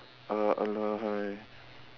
uh !alah! !hais!